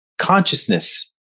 consciousness